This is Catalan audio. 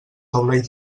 taulell